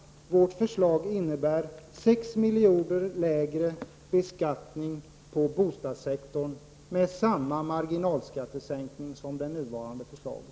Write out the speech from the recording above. Vårt förslag innebär 6 miljarder kronor lägre beskattning på bostadssektorn med samma marginalskattesänkning som i det nuvarande förslaget.